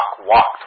walked